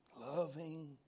Loving